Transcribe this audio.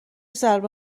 ضربه